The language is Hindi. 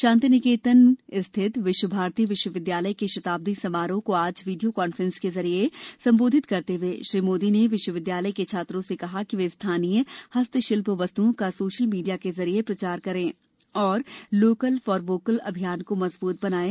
शांति निकेतन स्थित विश्व भारती विश्वविद्यालय के शताब्दी समारोह को आज वीडियो कॉन्फ्रेंस के जरिए संबोधित करते हुए श्री मोदी ने विश्वविद्यालय के छात्रों से कहा कि वे स्थानीय हस्तशिल्प वस्तुओं का सोशल मीडिया के जरिये प्रचार करें और वोकल फॉर लोकल अभियान को मजबूत बनायें